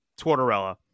Tortorella